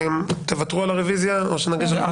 תוותרו על הרוויזיה או שנגיש אותה?